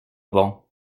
bon